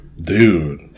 Dude